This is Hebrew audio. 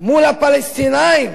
מול הפלסטינים,